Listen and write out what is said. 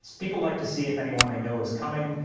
people like to see if anyone they know is coming,